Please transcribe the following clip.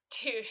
Dude